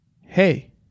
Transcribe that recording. Hey